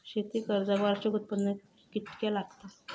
शेती कर्जाक वार्षिक उत्पन्न कितक्या लागता?